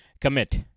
commit